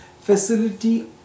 facility